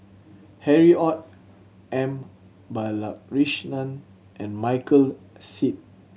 Harry Ord M Balakrishnan and Michael Seet